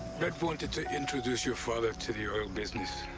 red wanted to introduce your father to the oil business.